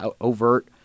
overt